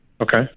okay